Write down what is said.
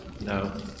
No